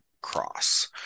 cross